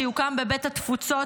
שיוקם בבית התפוצות,